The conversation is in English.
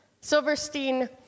Silverstein